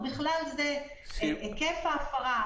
ובכלל זה היקף ההפרה,